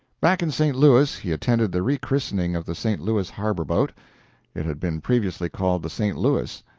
back in st. louis, he attended the rechristening of the st. louis harbor boat it had been previously called the st. louis,